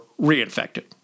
reinfected